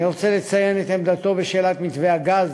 אני רוצה לציין את עמדתו בשאלת מתווה הגז.